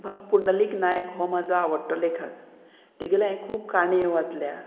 बाब पुंडलीक नायक हो म्हाजो आवडटो लेखाक तेगेले हांयें खूब काणयो वाचल्या